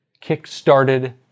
kick-started